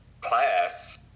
class